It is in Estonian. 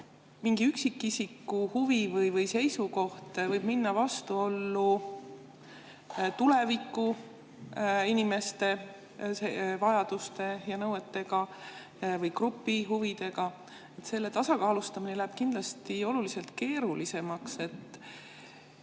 mingi üksikisiku huvi või seisukoht võib minna vastuollu inimeste vajaduste ja nõuetega tulevikust või grupihuvidega. Selle tasakaalustamine läheb kindlasti oluliselt keerulisemaks.